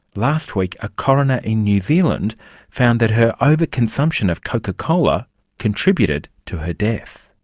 last week a coroner in new zealand found that her over-consumption of coca-cola contributed to her death.